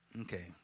Okay